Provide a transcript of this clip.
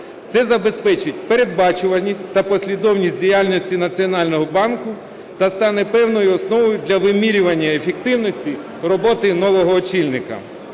Це забезпечить передбачуваність та послідовність діяльності Національного банку та стане певною основою для вимірювання ефективності роботи нового очільника.